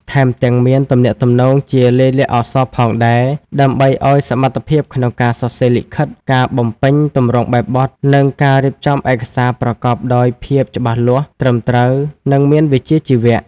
ថែមទាំងមាន ទំនាក់ទំនងជាលាយលក្ខណ៍អក្សរផងដែរ ដើម្បីអោយសមត្ថភាពក្នុងការសរសេរលិខិត ការបំពេញទម្រង់បែបបទ និងការរៀបចំឯកសារប្រកបដោយភាពច្បាស់លាស់ ត្រឹមត្រូវ និងមានវិជ្ជាជីវៈ។